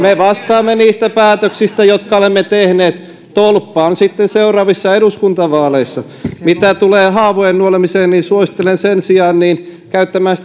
me vastaamme niistä päätöksistä jotka olemme tehneet tolppa on sitten seuraavissa eduskuntavaaleissa mitä tulee haavojen nuolemiseen niin suosittelen sen sijaan käyttämään